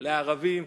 לערבים,